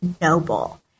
noble